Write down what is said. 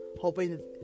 hoping